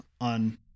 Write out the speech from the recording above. on